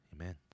Amen